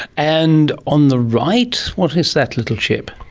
and on the right, what is that little chip?